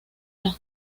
las